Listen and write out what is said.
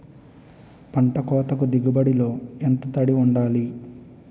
పంట కోతకు దిగుబడి లో ఎంత తడి వుండాలి?